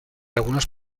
algunas